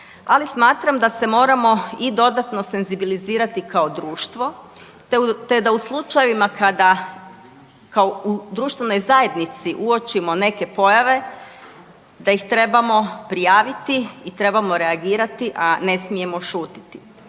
ali smatram da se moramo i dodatno senzibilizirati kao društvo te da u slučajevima kada kao u društvenoj zajednici uočimo neke pojave da ih trebamo prijaviti i trebamo reagirati, a ne smijemo šutiti.